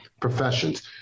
professions